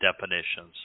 definitions